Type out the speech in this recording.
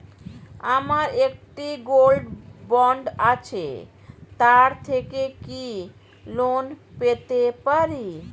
আমার একটি gold bond আছে তার থেকে কি লোন পেতে পারি?